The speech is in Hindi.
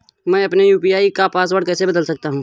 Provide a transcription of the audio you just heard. मैं अपने यू.पी.आई का पासवर्ड कैसे बदल सकता हूँ?